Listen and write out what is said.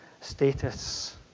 status